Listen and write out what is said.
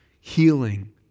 healing